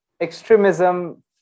extremism